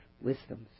wisdoms